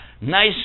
nice